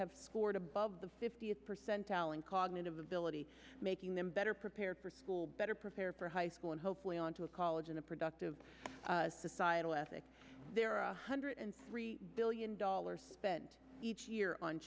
have scored above the fiftieth percentile in cognitive ability making them better prepared for school better prepared for high school and hopefully onto a college in a productive societal ethics there are a hundred and three billion dollars spent each year on